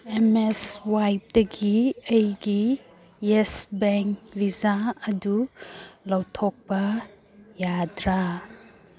M S ꯋꯥꯏꯞꯇꯒꯤ ꯑꯩꯒꯤ Yes Bank Visa ꯑꯗꯨ ꯂꯧꯊꯣꯛꯄ ꯌꯥꯗ꯭ꯔꯥ